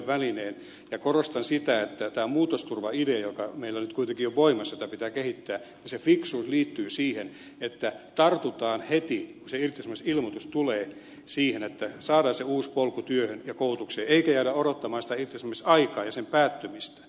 korostan sitä että tämä muutosturvaidea joka meillä nyt kuitenkin on voimassa jota pitää kehittää sen fiksuus liittyy siihen että tartutaan heti kun se irtisanomisilmoitus tulee siihen että saadaan se uusi polku työhön ja koulutukseen eikä jäädä odottamaan sitä irtisanomisaikaa ja sen päättymistä